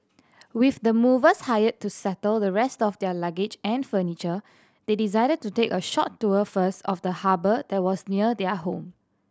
with the movers hired to settle the rest of their luggage and furniture they decided to take a short tour first of the harbour that was near their home